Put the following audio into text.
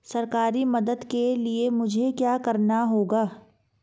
सरकारी मदद के लिए मुझे क्या करना होगा?